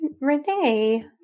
Renee